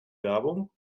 werbung